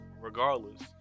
regardless